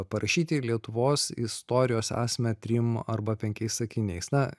parašyti lietuvos istorijos esmę trim arba penkiais sakiniais na